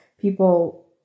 people